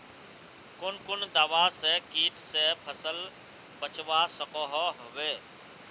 कुन कुन दवा से किट से फसल बचवा सकोहो होबे?